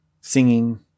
singing